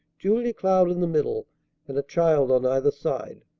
julia cloud in the middle and a child on either side.